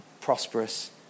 prosperous